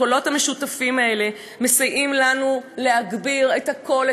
הקולות המשותפים האלה מסייעים לנו להגביר את הקול,